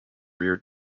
rear